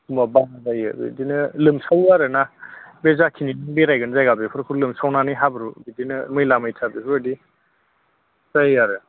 होमबा बारा जायो बिदिनो लोमसावो आरो ना बे जाखिनि बेरायगोन जायगा बेफोरखौ लोमसावनानै हाब्रु बिदिनो मैला मैथा बेफोरबायदि जायो आरो